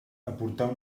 aportar